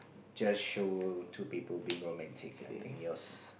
just show two people being romantic I think yours